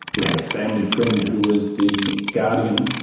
we had a family friend who was the guardian.